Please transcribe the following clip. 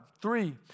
Three